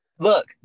Look